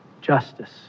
justice